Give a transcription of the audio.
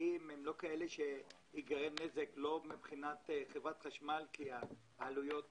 שלא ייגרם נזק מבחינת חברת חשמל בגלל שהעלויות